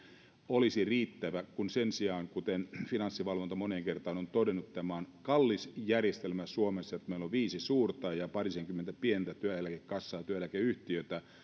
olisi riittävä kun sen sijaan kuten finanssivalvonta moneen kertaan on todennut tämä on kallis järjestelmä suomessa että meillä on viisi suurta ja parisenkymmentä pientä työeläkekassaa ja työeläkeyhtiötä